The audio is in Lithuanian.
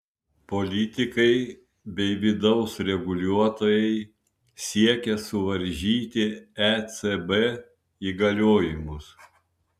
politikai bei vidaus reguliuotojai siekia suvaržyti ecb įgaliojimus